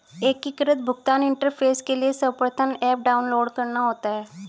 एकीकृत भुगतान इंटरफेस के लिए सर्वप्रथम ऐप डाउनलोड करना होता है